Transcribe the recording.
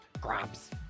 grabs